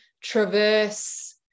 traverse